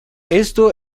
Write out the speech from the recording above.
esto